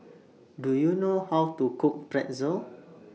Do YOU know How to Cook Pretzel